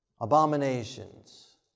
abominations